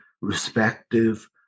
respective